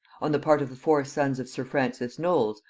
on the part of the four sons of sir francis knolles,